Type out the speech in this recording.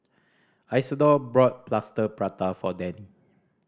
Isidor bought Plaster Prata for Dannie